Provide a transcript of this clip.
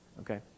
okay